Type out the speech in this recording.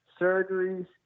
surgeries